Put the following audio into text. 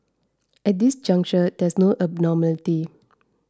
at this juncture there is no abnormality